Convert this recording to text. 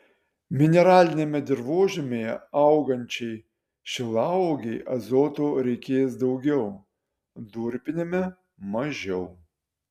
mineraliniame dirvožemyje augančiai šilauogei azoto reikės daugiau durpiniame mažiau